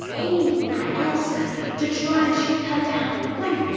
aiming at elsa to try and shoot her down. one,